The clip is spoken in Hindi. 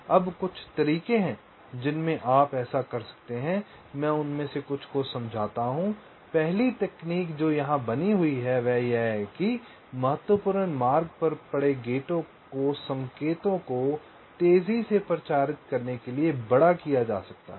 अब कुछ तरीके हैं जिनमें आप ऐसा कर सकते हैं मैं उनमें से कुछ को समझाता हूं पहली तकनीक जो यहां बनी हुई है वह यह है कि महत्वपूर्ण मार्ग पर पड़े गेटों को संकेतों को तेजी से प्रचारित करने के लिए बड़ा किया जा सकता है